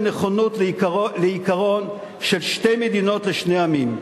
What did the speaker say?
נכונות לעיקרון של שתי מדינות לשני עמים.